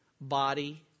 body